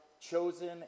chosen